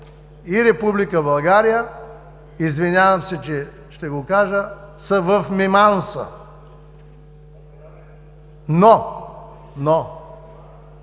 и Република България, извинявам се, че ще го кажа, са в миманса. Но! Но